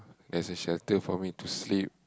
there's a shelter for me to sleep